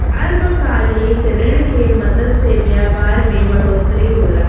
अल्पकालिक ऋण के मदद से व्यापार मे बढ़ोतरी होला